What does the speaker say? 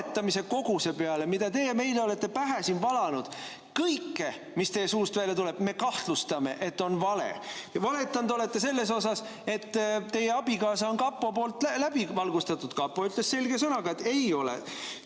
valetamise koguse peale, mida teie meile olete pähe siin valanud, kõige puhul, mis teie suust välja tuleb, me kahtlustame, et on vale. Ja valetanud olete selles osas, et teie abikaasa on kapo poolt läbi valgustatud. Kapo ütles selge sõnaga, et ei ole.